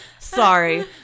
Sorry